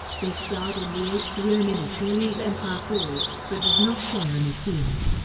they starred in the hbo miniseries empire falls, but did not share any scenes.